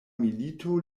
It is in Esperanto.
milito